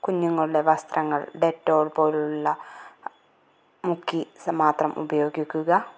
കുഞ്ഞുങ്ങളുടെ വസ്ത്രങ്ങള് ഡെറ്റോള് പോലുള്ള മുക്കി മാത്രം ഉപയോഗിക്കുക